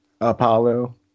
Apollo